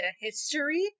history